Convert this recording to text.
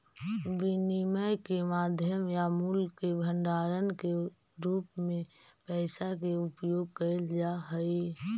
विनिमय के माध्यम या मूल्य के भंडारण के रूप में पैसा के उपयोग कैल जा हई